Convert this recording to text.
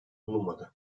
bulunmadı